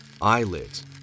eyelids